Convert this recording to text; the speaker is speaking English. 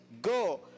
Go